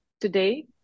today